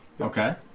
Okay